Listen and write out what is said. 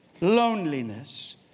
Loneliness